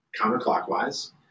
counterclockwise